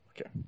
Okay